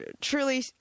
Truly